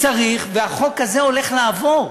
והחוק הזה הולך לעבור.